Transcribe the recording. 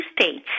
states